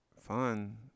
fun